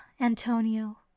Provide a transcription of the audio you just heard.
Antonio